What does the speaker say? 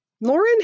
Lauren